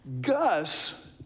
Gus